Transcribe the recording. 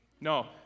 No